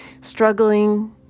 struggling